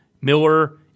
Miller